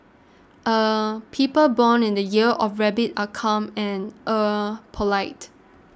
people born in the year of rabbit are calm and polite